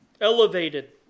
elevated